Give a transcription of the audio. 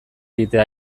egitea